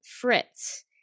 Fritz